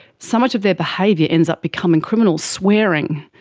so much of their behaviour ends up becoming criminal. swearing.